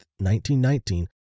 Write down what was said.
1919